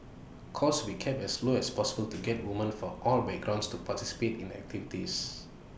costs will kept as low as possible to get women for all backgrounds to participate in the activities